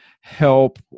help